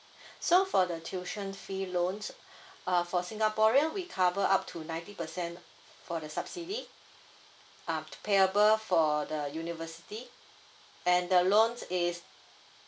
so for the tuition fee loans uh for singaporean we cover up to ninety percent for the subsidy um to payable for the university and the loan is